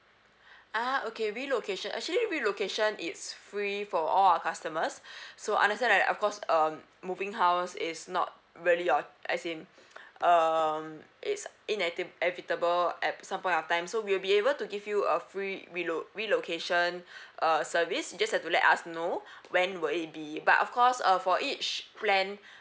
ah okay relocation actually relocation it's free for all our customers so understand that of course um moving house is not really your as in um it's inevi~ inevitable at some point of time so we'll be able to give you a free relo~ relocation uh service you just have to let us know when will it be but of course uh for each plan